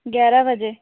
ग्यारह बजे